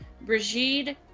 Brigid